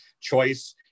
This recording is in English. choice